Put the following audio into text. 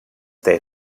they